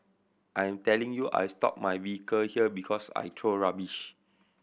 I'm telling you I stop my vehicle here because I throw rubbish